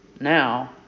Now